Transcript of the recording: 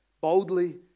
boldly